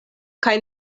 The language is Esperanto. kaj